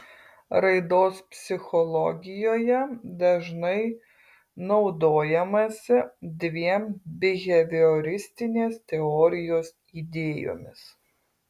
raidos psichologijoje dažnai naudojamasi dviem bihevioristinės teorijos idėjomis